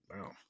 Wow